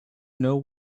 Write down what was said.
know